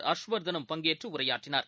ஹர்ஷ்வர்தனும் பங்கேற்றுஉரையாற்றினார்